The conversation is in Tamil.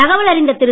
தகவல் அறிந்த திரு